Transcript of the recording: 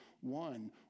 one